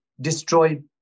destroy